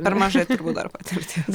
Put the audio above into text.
per mažai turbūt dar patirties